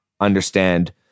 understand